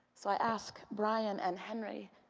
so i ask bryan and henry,